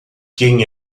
quem